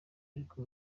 ariko